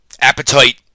appetite